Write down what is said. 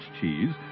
cheese